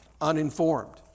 uninformed